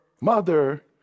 mother